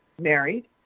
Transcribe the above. married